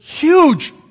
huge